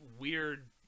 weird